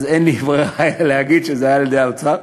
ואין לי ברירה אלא להגיד שזה היה על-ידי האוצר,